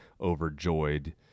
overjoyed